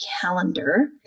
calendar